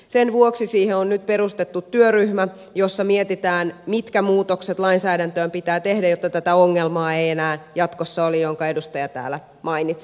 sen vuoksi siihen on nyt perustettu työryhmä jossa mietitään mitkä muutokset lainsäädäntöön pitää tehdä jotta tätä ongelmaa ei enää jatkossa ole jonka edustaja täällä mainitsi